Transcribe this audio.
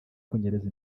kunyereza